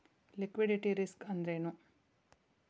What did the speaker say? Liquidity risk ಅಂದ್ರೇನು?